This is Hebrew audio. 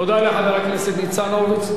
תודה לחבר הכנסת ניצן הורוביץ.